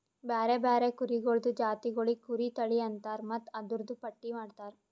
ಬ್ಯಾರೆ ಬ್ಯಾರೆ ಕುರಿಗೊಳ್ದು ಜಾತಿಗೊಳಿಗ್ ಕುರಿ ತಳಿ ಅಂತರ್ ಮತ್ತ್ ಅದೂರ್ದು ಪಟ್ಟಿ ಮಾಡ್ತಾರ